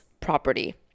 property